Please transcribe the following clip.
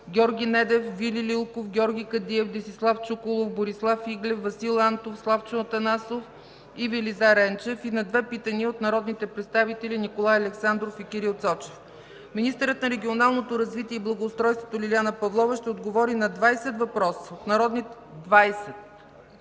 Георги Недев, Вили Лилков, Георги Кадиев, Десислав Чуколов, Борислав Иглев, Васил Антонов, Славчо Атанасов, и Велизар Енчев, и на две питания от народните представители Николай Александров, и Кирил Цочев. Министърът на регионалното развитие и благоустройството Лиляна Павлова ще отговори на 20 въпроса от народните